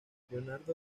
leonardo